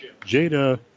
Jada